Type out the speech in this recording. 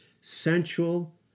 sensual